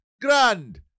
Grand